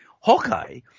Hawkeye